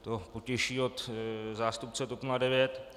To potěší od zástupce TOP 09.